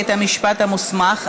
בית המשפט המוסמך),